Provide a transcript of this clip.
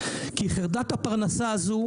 כי חרדת הפרנסה הזו,